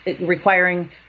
requiring